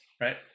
right